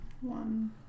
One